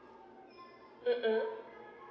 mmhmm